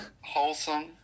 wholesome